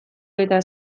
eta